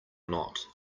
not